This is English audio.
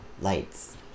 lights